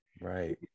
Right